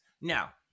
Now